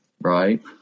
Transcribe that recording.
right